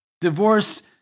Divorce